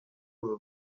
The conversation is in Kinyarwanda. uru